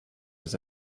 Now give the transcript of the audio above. was